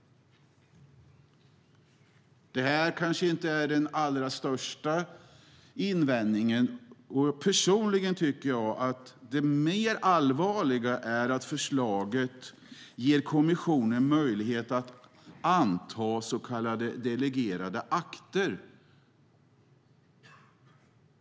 Det här kanske inte är den allra största invändningen. Personligen tycker jag att än mer allvarligt är att förslaget ger kommissionen möjlighet att anta delegerade akter.